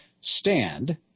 stand